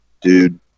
Dude